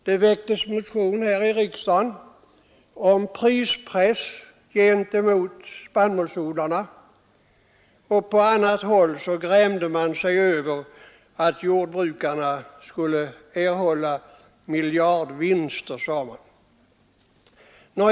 Det väcktes motion i riksdagen om prispress gentemot spannmålsodlarna, och på annat håll grämde man sig över att jordbrukarna skulle erhålla miljardvinster, som man sade.